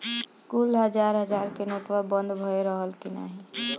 कुल हजार हजार के नोट्वा बंद भए रहल की नाही